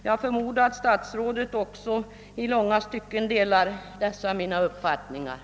Jag förmodar att statsrådet i långa stycken delar också denna min åsikt.